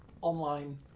online